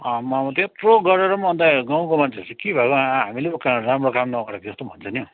आम्मामाम हो त्यत्रो गरेर पनि अनि त गाउँको मान्छेहरू चाहिँ के भएको हामीले पो काँ राम्रो काम नगरेको जस्तो भन्छ नि हो